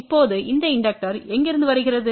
இப்போது இந்த இண்டக்டர் எங்கிருந்து வருகிறது